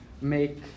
make